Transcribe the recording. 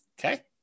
Okay